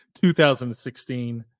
2016